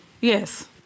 Yes